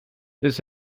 this